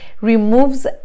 removes